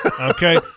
okay